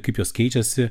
kaip jos keičiasi